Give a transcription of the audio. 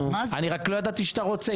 אני רק לא ידעתי שאתה רוצה.